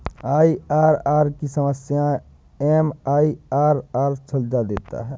IRR की कुछ समस्याएं एम.आई.आर.आर सुलझा देता है